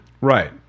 Right